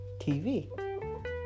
TV